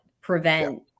prevent